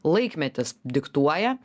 laikmetis diktuoja